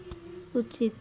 ଉଚିତ